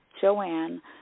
Joanne